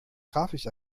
grafisch